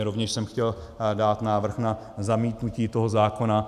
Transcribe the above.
Rovněž jsem chtěl dát návrh na zamítnutí toho zákona.